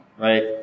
right